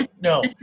no